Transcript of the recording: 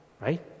Right